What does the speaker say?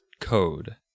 code